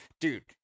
Dude